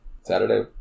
Saturday